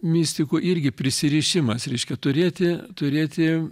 mistikų irgi prisirišimas reiškia turėti turėti